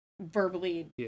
verbally